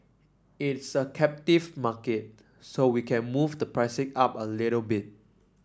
it's a captive market so we can move the pricing up a little bit